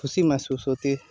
खुशी महसूस होती है